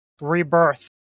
rebirth